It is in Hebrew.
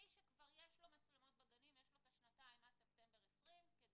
מי שכבר יש לו מצלמות בגנים יש לו את השנתיים עד ספטמבר 20 כדי